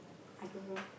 I don't know